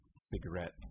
cigarette